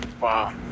Wow